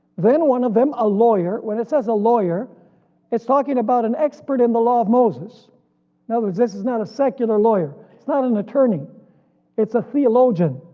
then one of them, a lawyer, when it says a lawyer it's talking about an expert in the law of moses in other words this is not a secular lawyer, it's not an attorney it's a theologian.